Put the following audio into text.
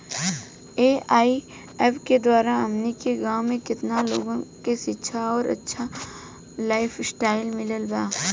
AIF के द्वारा हमनी के गांव में केतना लोगन के शिक्षा और अच्छा लाइफस्टाइल मिलल बा